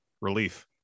Relief